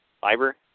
fiber